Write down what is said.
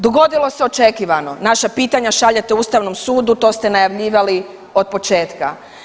Dogodilo se očekivano, naša pitanja šaljete Ustavnom sudu, to ste najavljivali od početka.